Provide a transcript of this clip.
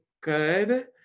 good